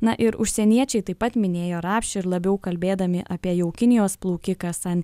na ir užsieniečiai taip pat minėjo rapšį ir labiau kalbėdami apie jau kinijos plaukiką san